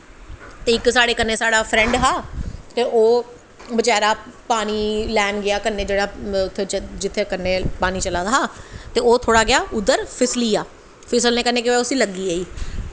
ते इक साढ़े कन्नै साढ़ा फ्रैंड हा ते ओह् बचैरा पानी लैन गेआ जेह्ड़ा कन्नै उत्थूं पानी चलादा हा ते ओह् थोह्ड़ा जेहा उद्धर फिसलिया फिसलने कन्नै केह् होआ उस्सी लग्गी